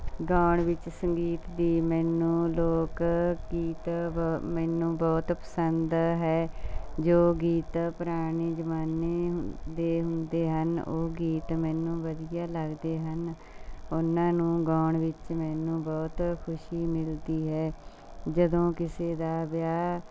ਗਾਉਣ ਵਿੱਚ ਸੰਗੀਤ ਦੀ ਮੈਨੂੰ ਲੋਕ ਗੀਤ ਬ ਮੈਨੂੰ ਬਹੁਤ ਪਸੰਦ ਹੈ ਜੋ ਗੀਤ ਪੁਰਾਣੇ ਜ਼ਮਾਨੇ ਹੁ ਦੇ ਹੁੰਦੇ ਹਨ ਉਹ ਗੀਤ ਮੈਨੂੰ ਬਹੁਤ ਵਧੀਆ ਲੱਗਦੇ ਹਨ ਉਹਨਾਂ ਨੂੰ ਗਾਉਣ ਵਿੱਚ ਮੈਨੂੰ ਬਹੁਤ ਖੁਸ਼ੀ ਮਿਲਦੀ ਹੈ ਜਦੋਂ ਕਿਸੇ ਦਾ ਵਿਆਹ